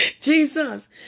Jesus